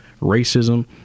racism